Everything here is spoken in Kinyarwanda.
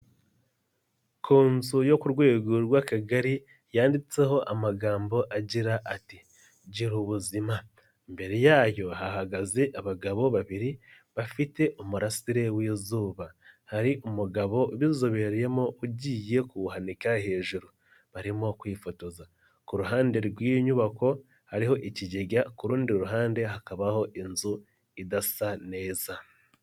Ku nzu yo ku rwego rw'Akagari yanditseho amagambo agira ati gira ubuzima mbere yayo hahagaze abagabo babiri bafite umurasire w'izuba hari umugabo ubizobereyemo ugiye kuwuhanika hejuru barimo kwifotoza ku ruhande rw'iyi nyubako hariho ikigega ku rundi ruhande hakabaho inzu idasa neza.